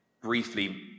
briefly